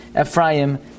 Ephraim